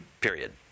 period